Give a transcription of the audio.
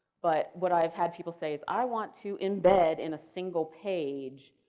but what i've had, people say is i want to embed in a single page,